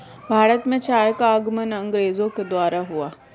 भारत में चाय का आगमन अंग्रेजो के द्वारा हुआ